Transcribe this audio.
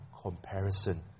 comparison